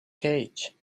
cage